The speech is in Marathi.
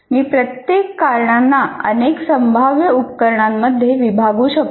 मी प्रत्येक कारणांना अनेक संभाव्य उप कारणांमध्ये विभागू शकतो